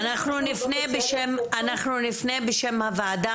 אנחנו נפנה בשם הוועדה,